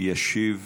ישיב